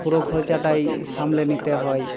পুরো খরচাটাই সামলে নিতে হয়